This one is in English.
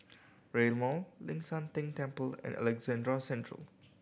Rail Mall Ling San Teng Temple and Alexandra Central